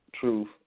truth